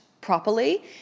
properly